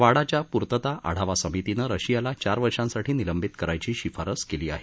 वाडाच्या पूर्तता आढावा समितीनं रशियाला चार वर्षांसाठी निलंबित करायची शिफारस केली आहे